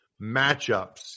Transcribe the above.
matchups